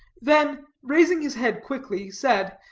then, raising his head quickly, said,